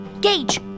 Gage